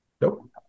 Nope